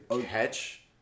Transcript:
catch